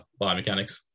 biomechanics